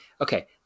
Okay